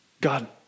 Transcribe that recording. God